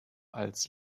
als